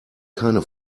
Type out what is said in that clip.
keine